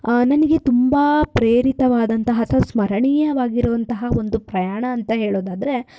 ನನಗೆ ತುಂಬ ಪ್ರೇರಿತವಾದಂತಹ ಅಥವಾ ಸ್ಮರಣೀಯವಾಗಿರುವಂತಹ ಒಂದು ಪ್ರಯಾಣ ಅಂತ ಹೇಳೋದಾದ್ರೆ